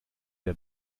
der